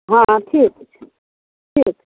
हँ ठीक छै ठीक छै